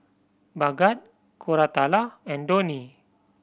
Bhagat Koratala and Dhoni